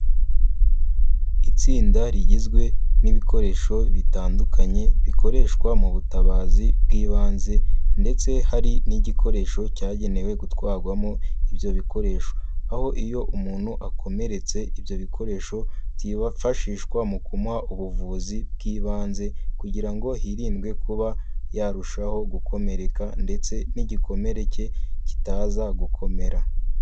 Itsinda rigizwe n'ibikoresho bitandukanye bikoreshwa mu butabazi bw'ibanze ndetse hari n'igikoresho cyagenewe gutwarwamo ibyo bikoresho. Aho iyo umuntu akomeretse ibyo bikoresho kibafashishwa mu kumuha ubuvuzi bw'ibanze kugira ngo hirindwe kuba yarushaho gukomereka ndetse n'igikomere cye kitaza gukomera.